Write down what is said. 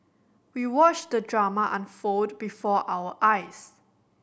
we watched the drama unfold before our eyes